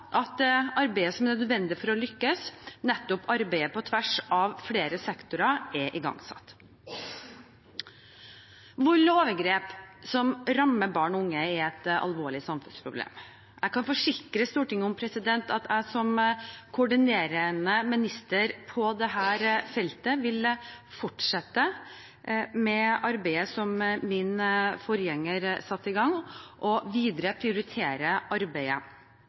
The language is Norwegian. at det arbeidet som er nødvendig for å lykkes, nettopp går på tvers av flere sektorer og er igangsatt. Vold og overgrep som rammer barn og unge, er et alvorlig samfunnsproblem. Jeg kan forsikre Stortinget om at jeg som koordinerende minister på dette feltet vil fortsette med arbeidet som min forgjenger satte i gang, og prioritere arbeidet videre.